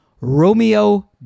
Romeo